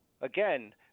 again